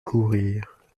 courir